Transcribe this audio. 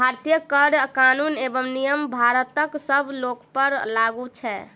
भारतीय कर कानून एवं नियम भारतक सब लोकपर लागू छै